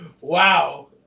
Wow